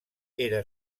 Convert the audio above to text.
era